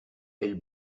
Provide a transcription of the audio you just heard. elles